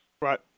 Right